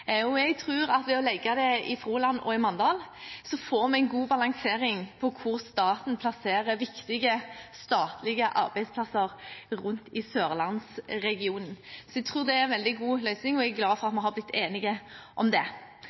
distriktsarbeidsplasser. Jeg tror at ved å legge det i Froland og i Mandal får vi en god balansering når det gjelder hvor staten plasserer viktige statlige arbeidsplasser rundt i sørlandsregionen. Så jeg tror det er en veldig god løsning, og jeg er veldig glad for at vi har blitt enige om det.